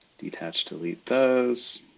detached to lead those.